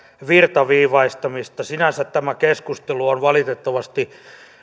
virtaviivaistamista sinänsä tämä keskustelu on valitettavasti